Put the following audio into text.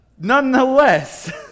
Nonetheless